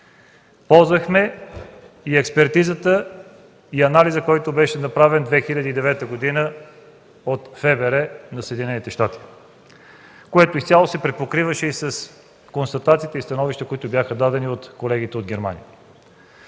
Ползвахме и експертизата, и анализа, който беше направен през 2009 г. от ФБР на Съединените щати, което изцяло се препокриваше с констатациите и становищата, дадени от колегите от Германия.